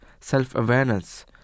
self-awareness